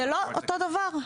זה לא אותו דבר.